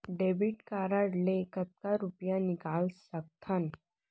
Debit card ले कतका रुपिया निकाल सकथन?